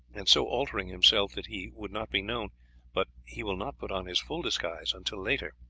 and so altering himself that he would not be known but he will not put on his full disguise until later.